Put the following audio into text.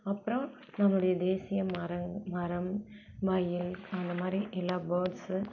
அப்புறோம் நம்மளுடைய தேசிய மரம் மரம் மயில் அந்தமாதிரி எல்லா பேர்ட்ஸு